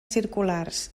circulars